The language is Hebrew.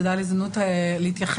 תודה על ההזדמנות להתייחס.